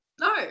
no